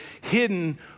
hidden